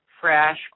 fresh